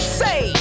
say